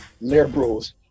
liberals